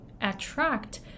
attract